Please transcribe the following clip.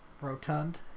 rotund